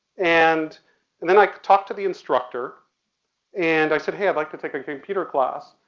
and, and then i talked to the instructor and i said, hey, i'd like to take a computer class.